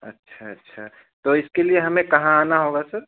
अच्छा अच्छा तो इसके लिए हमें कहाँ आना होगा सर